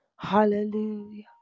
Hallelujah